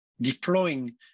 deploying